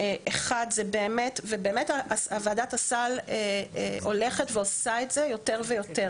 באמת ועדת הסל הולכת ועושה את זה יותר ויותר,